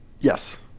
Yes